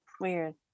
Weird